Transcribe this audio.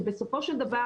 ובסופו של דבר